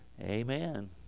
Amen